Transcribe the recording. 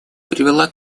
привела